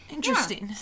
Interesting